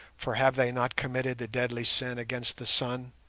for have they not committed the deadly sin against the sun?